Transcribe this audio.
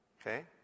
Okay